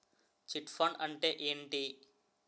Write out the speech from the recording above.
Chit fund అంటే ఏంటి?